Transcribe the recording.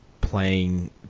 playing